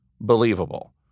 believable